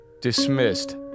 Dismissed